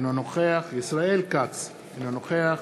אינו נוכח ישראל כץ, אינו נוכח